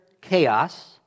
chaos